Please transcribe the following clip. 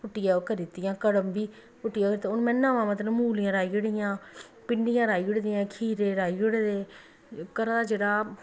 पुट्टियै ओह् करी दित्तियां कड़म बी पुट्टियै ते हून में नमां मतलब मूलियां राही ओड़ी दियां भिंडियां राई ओड़ी दियां खीरे राई ओड़े दे घरा दा जेह्ड़ा